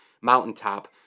mountaintop